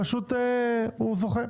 פשוט זוכה.